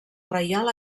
reial